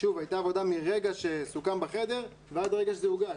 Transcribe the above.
‏הייתה עבודה ‏מהרגע שזה סוכם בחדר ועד הרגע שזה הוגש.